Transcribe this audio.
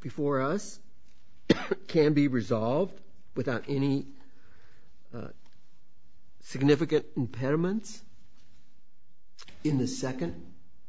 before us can be resolved without any significant impediments in the second